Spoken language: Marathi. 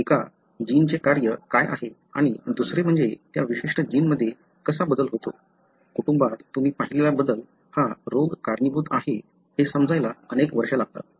एका जीनचे कार्य काय आहे आणि दुसरे म्हणजे त्या विशिष्ट जीनमध्ये कसा बदल होतो कुटुंबात तुम्ही पाहिलेला बदल हा रोग कारणीभूत आहे हे समजायला अनेक वर्षे लागतात